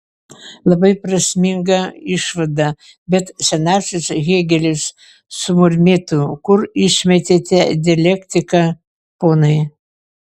labai prasminga išvada bet senasis hėgelis sumurmėtų kur išmetėte dialektiką ponai